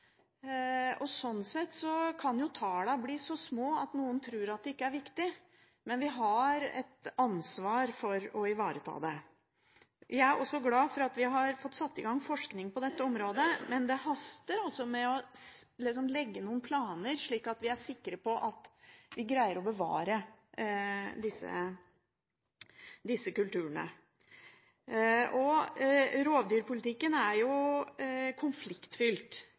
og sånn sett kan jo tallene bli så små at noen tror at det ikke er viktig. Men vi har et ansvar for å ivareta dette. Jeg er også glad for at vi har fått satt i gang forskning på dette området, men det haster med å legge noen planer, slik at vi er sikre på at vi greier å bevare disse kulturene. Rovdyrpolitikken er konfliktfylt. Hedmark, som har en lang grense til Sverige, har jo